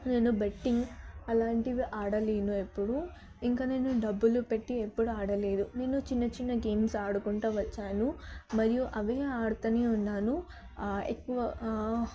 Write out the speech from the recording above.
నేను బెట్టింగ్ అలాంటివి ఆడలేను ఎప్పుడు ఇంక నేను డబ్బులు పెట్టి ఎప్పుడు ఆడలేదు నేను చిన్న చిన్న గేమ్స్ ఆడుకుంటు వచ్చాను మరియు అవి ఆడుతు ఉన్నాను ఎక్కువ